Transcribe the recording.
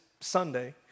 Sunday